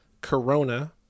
Corona